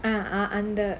ah ah அந்த:antha